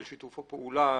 על שיתוף הפעולה.